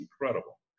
incredible